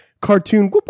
cartoon